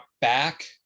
back